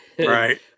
Right